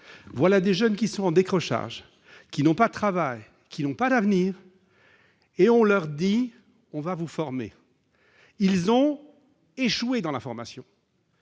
Voilà des jeunes qui sont en décrochage, qui n'ont pas de travail et qui n'ont pas d'avenir, et on leur dit qu'on va les former. Ils ont échoué dans la formation